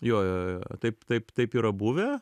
jo jo jo jo taip taip taip yra buvę